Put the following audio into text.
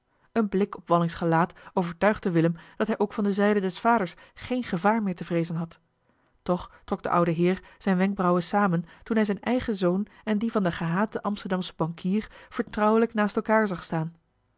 een blik op wallings gelaat overtuigde willem dat hij ook van de zijde des vaders geen gevaar meer te vreezen had toch trok de oude heer zijne wenkbrauwen samen toen hij zijn eigen zoon en dien van den gehaten amsterdamschen bankier vertrouwelijk naast elkaar zag staan